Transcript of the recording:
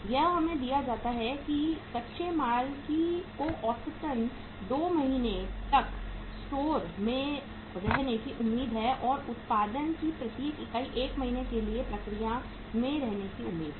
यह हमें दिया जाता है कि कच्चे माल को औसतन 2 महीने तक स्टोर में रहने की उम्मीद है और उत्पादन की प्रत्येक इकाई 1 महीने के लिए प्रक्रिया में रहने की उम्मीद है